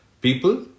people